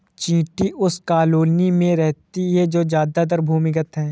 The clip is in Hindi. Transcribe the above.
चींटी उस कॉलोनी में रहती है जो ज्यादातर भूमिगत है